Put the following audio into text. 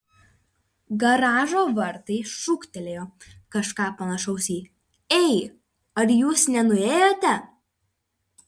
garažo vartai šūktelėjo kažką panašaus į ei ar jūs nenuėjote